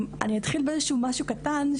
אני אתחיל במשהו קטן,